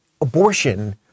abortion